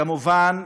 כמובן,